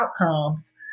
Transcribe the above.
outcomes